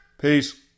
Peace